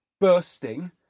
bursting